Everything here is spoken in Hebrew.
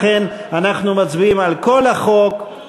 לכן אנחנו מצביעים על כל החוק,